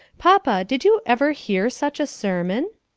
papa, did you ever hear such a sermon?